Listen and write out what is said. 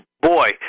boy